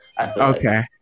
Okay